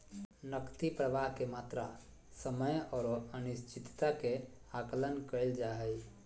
नकदी प्रवाह के मात्रा, समय औरो अनिश्चितता के आकलन कइल जा हइ